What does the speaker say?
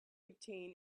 obtain